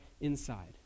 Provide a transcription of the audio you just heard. inside